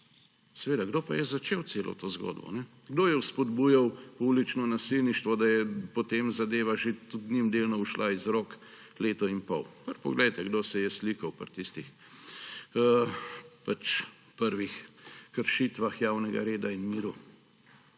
Seveda, kdo pa je začel celo to zgodbo? Kdo je spodbujal poulično nasilništvo leto in pol, da je potem zadeva že tudi njim delno ušla iz rok? Kar poglejte, kdo se je slikal pri tistih prvih kršitvah javnega reda in miru.